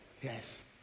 Yes